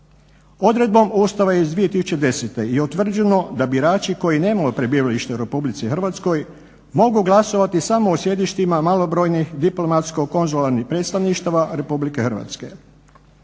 Odredbom Ustava iz 2010. je utvrđeno da birači koji nemaju prebivalište u RH mogu glasovati samo u sjedištima malobrojnih diplomatsko-konzularnih predstavništava RH. Kako